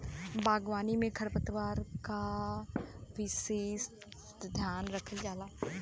बागवानी में खरपतवार क विसेस ध्यान रखल जाला